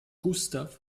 gustav